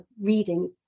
reading